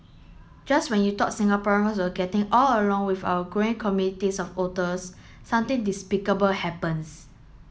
just when you thought Singaporeans were all getting along well with our growing communities of otters something despicable happens